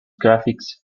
graphics